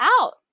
out